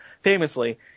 famously